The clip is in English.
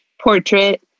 portrait